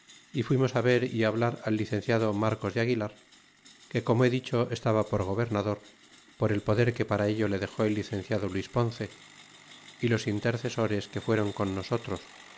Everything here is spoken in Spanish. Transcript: y fuimos d ver y hablar al licenciado marcos de aguilar que como he dicho estaba por gobernador por el poder que para ello le dexó el licenciado luis ponce y los intercesores que fueron con nosotros